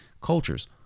cultures